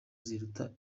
ziruta